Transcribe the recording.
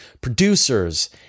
producers